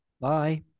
Bye